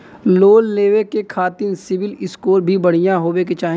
Loan लेवे के खातिन सिविल स्कोर भी बढ़िया होवें के चाही?